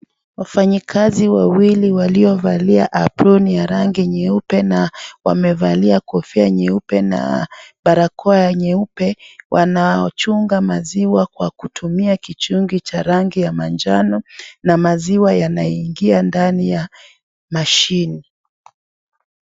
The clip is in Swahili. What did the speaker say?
Wafanyikazi wawili waliovaliovalia aproni ya rangi nyeupe na wamevalia kofia nyeupe na barakoa ya nyeupe wanachunga maziwa kwa kutumia kichungi cha rangi ya manjano na maziwa yanaingia ndani ya mashine.